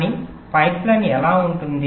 కానీ పైప్లైన్ ఎలా ఉంటుంది